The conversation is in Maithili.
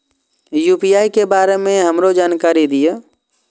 यू.पी.आई के बारे में हमरो जानकारी दीय?